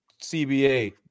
CBA